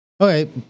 Okay